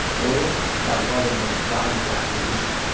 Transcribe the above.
oil was by far their most valuable acquisition.